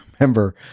remember